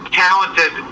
talented